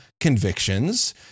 convictions